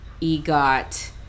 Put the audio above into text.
EGOT